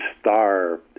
starved